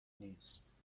نیست